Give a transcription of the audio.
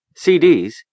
CDs